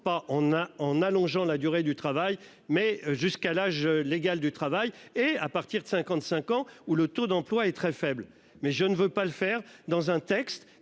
a en allongeant la durée du travail mais jusqu'à l'âge légal du travail et à partir de 55 ans où le taux d'emploi est très faible mais je ne veux pas le faire dans un texte